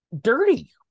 dirty